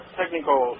technical